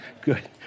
good